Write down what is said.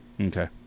Okay